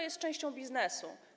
jest częścią biznesu.